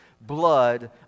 blood